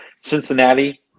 Cincinnati